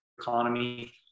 economy